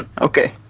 Okay